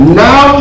now